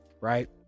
right